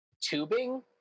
Tubing